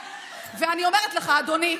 ואני אומרת לך, אדוני,